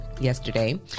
yesterday